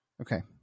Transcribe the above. Okay